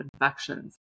infections